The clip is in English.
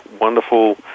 wonderful